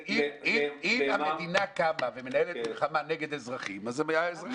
אם המדינה קמה ומנהלת מלחמה נגד אזרחים אז האזרחים מתקוממים.